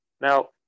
Now